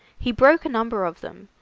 he broke a number of them,